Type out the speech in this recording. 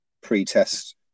pre-test